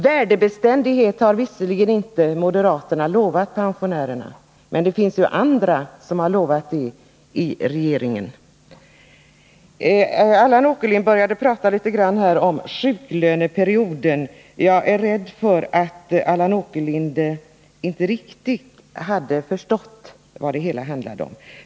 Värdebeständighet har visserligen inte moderaterna lovat pensionärerna, men det finns ju andra i regeringen som har gjort det. Allan Åkerlind kom in något på sjuklöneperioden. Jag är rädd att han inte riktigt har förstått vad det hela handlar om.